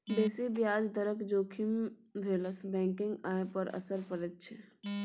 बेसी ब्याज दरक जोखिम भेलासँ बैंकक आय पर असर पड़ैत छै